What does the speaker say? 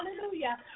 Hallelujah